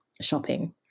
shopping